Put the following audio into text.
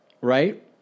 right